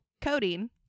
Codeine